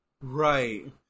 Right